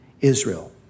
Israel